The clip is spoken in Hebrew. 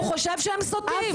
הוא חושב שהם סוטים.